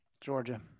Georgia